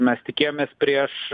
mes tikėjomės prieš